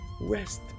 rest